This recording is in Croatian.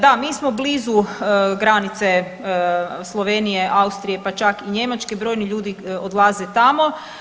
Da, mi smo blizu granice Slovenije, Austrije pa čak i Njemačke, brojni ljudi odlaze tamo.